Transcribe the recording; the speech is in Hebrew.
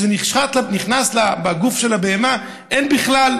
כשזה נכנס בגוף של הבהמה, אין בכלל